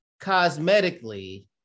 Cosmetically